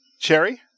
cherry